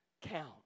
count